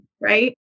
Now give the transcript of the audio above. right